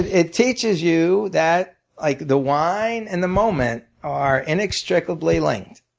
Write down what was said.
it teaches you that like the wine and the moment are inextricably linked.